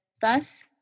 Thus